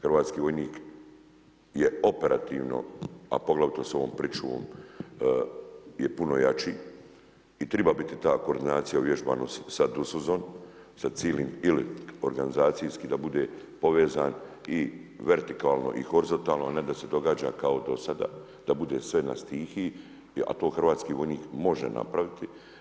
Hrvatski vojnik je operativno, a poglavito sa ovom pričuvom, je puno jači i treba biti ta koordinacija, uvježbanost sa DSZUM, sa ciljem ili organizacijski da bude povezan i vertikalno i horizontalno, a ne da se događa kao i do sada da bude sve na stihiji, a to hrvatski vojnik može napraviti.